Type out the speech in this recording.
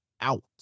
out